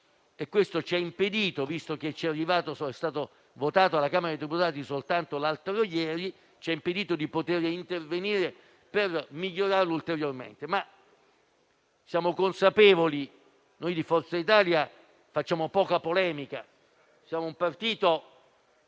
e questo ci ha impedito - visto che è stato votato alla Camera dei deputati soltanto l'altro ieri - di intervenire per migliorarlo ulteriormente. Noi di Forza Italia facciamo poca polemica. Siamo un partito